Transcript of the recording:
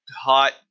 hot